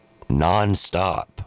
nonstop